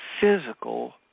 physical